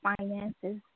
finances